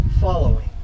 following